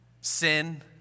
sin